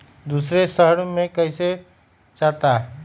दूसरे शहर मे कैसे जाता?